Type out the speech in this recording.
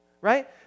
right